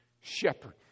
shepherd